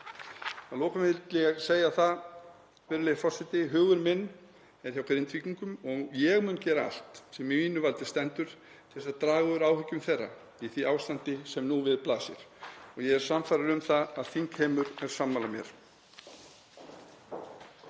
Að lokum vildi ég segja það, virðulegi forseti, að hugur minn er hjá Grindvíkingum og ég mun gera allt sem í mínu valdi stendur til að draga úr áhyggjum þeirra í því ástandi sem nú við blasir og ég er sannfærður um það að þingheimur er sammála mér.